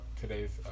today's